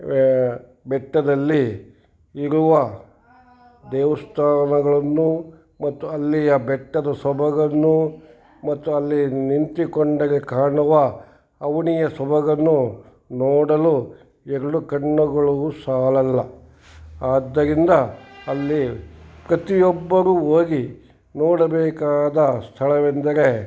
ಬೆಟ್ಟದಲ್ಲಿ ಇರುವ ದೇವಸ್ಥಾನಗಳನ್ನು ಮತ್ತು ಅಲ್ಲಿಯ ಬೆಟ್ಟದ ಸೊಬಗನ್ನು ಮತ್ತು ಅಲ್ಲಿ ನಿಂತಿಕೊಂಡರೆ ಕಾಣುವ ಅವನಿಯ ಸೊಬಗನ್ನು ನೋಡಲು ಎರಡು ಕಣ್ಣುಗಳು ಸಾಲಲ್ಲ ಆದ್ದರಿಂದ ಅಲ್ಲಿ ಪ್ರತಿಯೊಬ್ಬನು ಹೋಗಿ ನೋಡಬೇಕಾದ ಸ್ಥಳವೆಂದರೆ